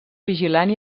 vigilant